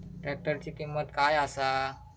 ट्रॅक्टराची किंमत काय आसा?